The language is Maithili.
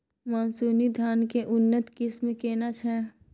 मानसुरी धान के उन्नत किस्म केना छै?